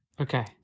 Okay